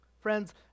Friends